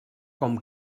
com